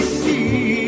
see